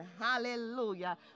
hallelujah